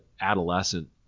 adolescent